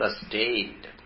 sustained